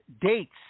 dates